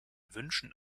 wünschen